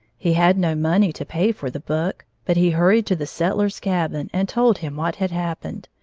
he had no money to pay for the book, but he hurried to the settler's cabin and told him what had happened.